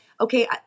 okay